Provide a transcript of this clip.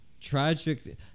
tragic